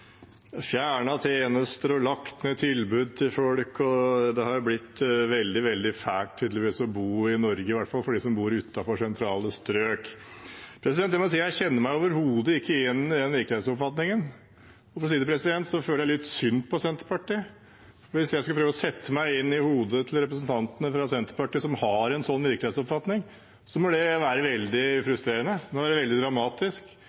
og lagt ned tilbud til folk. Det har tydeligvis blitt veldig, veldig fælt å bo i Norge, i hvert fall for dem som bor utenfor sentrale strøk. Jeg må si at jeg kjenner meg overhodet ikke igjen i den virkelighetsoppfatningen. Jeg synes litt synd på Senterpartiet, for det må være veldig frustrerende – hvis jeg skal prøve å sette meg inn i hodet til representantene fra Senterpartiet som har en sånn virkelighetsoppfatning. Det må være veldig dramatisk